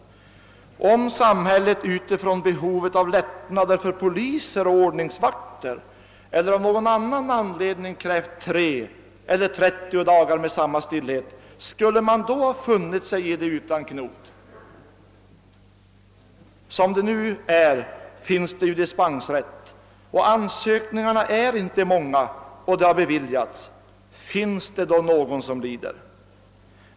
Skulle man, om samhället, med anledning av behovet av lättnader för poliser och ordningsvakter eller av något annat skäl, krävt 3 eller 30 dagar med samma stillhet, ha funnit sig i det utan knot? Nu finns det ju dispensrätt. Ansökningarna är inte många och de har beviljats. Finns det då någon som lider?